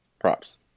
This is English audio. props